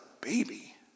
baby